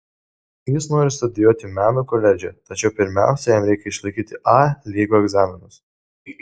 jis nori studijuoti menų koledže tačiau pirmiausia jam reikia išlaikyti a lygio egzaminus